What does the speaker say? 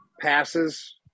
passes